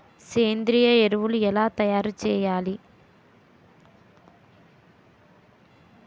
సేంద్రీయ ఎరువులు ఎలా తయారు చేయాలి?